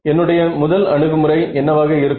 என்னுடைய முதல் அணுகுமுறை என்னவாக இருக்கும்